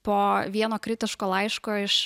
po vieno kritiško laiško iš